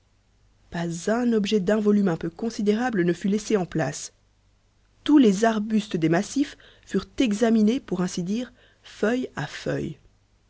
pas un objet d'un volume un peu considérable ne fut laissé en place tous les arbustes des massifs furent examinés pour ainsi dire feuille à feuille